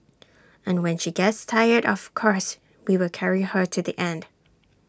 and when she gets tired of course we will carry her to the end